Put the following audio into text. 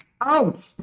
out